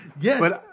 Yes